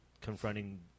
confronting